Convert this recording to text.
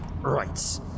Right